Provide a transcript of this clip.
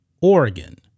Oregon